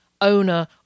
owner